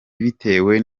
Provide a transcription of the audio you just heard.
bitewe